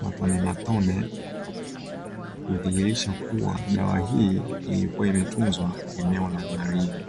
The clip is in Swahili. matone matone kudhihirisha kuwa dawa hii ilikuwa imetunzwa eneo la baridi.